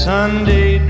Sunday